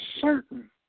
certain